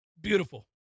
beautiful